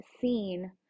seen